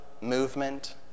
movement